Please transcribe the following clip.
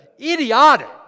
idiotic